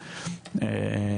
תספיק.